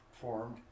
formed